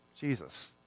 Jesus